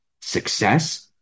success